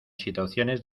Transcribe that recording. situaciones